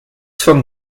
von